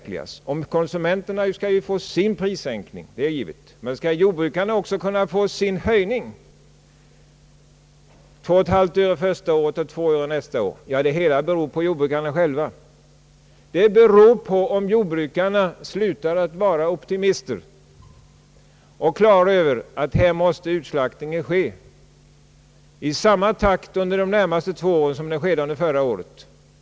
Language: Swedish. Konsumenterna skall få sin prissänkning, det är givet, men skall jordbrukarna också kunna få sin höjning på mjölkpriset om 2,5 öre första året och 2 öre nästa år? Det beror på jordbrukarna själva, om de slutar vara optimister och blir på det klara med att utslaktningen måste ske i samma takt under de närmaste två åren som under förra året.